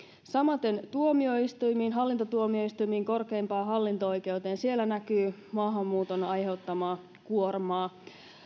samaten tuomioistuimissa hallintotuomioistuimissa korkeimmassa hallinto oikeudessa näkyy maahanmuuton aiheuttama kuorma